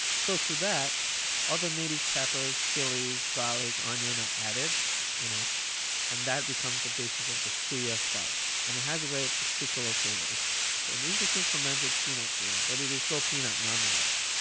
so, to that other native peppers, chilies, garlic, onion are added you know and that becomes the basis of the suya spice. and it has a very particular flavor. it's it's an interesting fermented peanut flavor, but it is still peanut nonetheless.